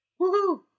Woohoo